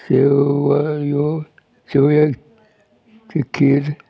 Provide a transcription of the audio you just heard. शेवयो शेवयांची खीर